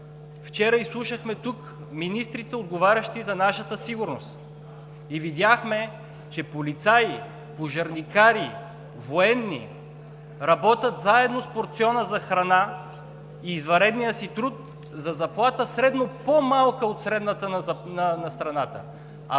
Вчера тук изслушахме министрите, отговарящи за нашата сигурност, и видяхме, че полицаи, пожарникари, военни работят заедно с порциона за храна и извънредния си труд за заплата средно по-малка от средната за страната,